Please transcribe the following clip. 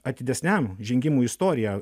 atidesniam žengimui istorija